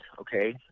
okay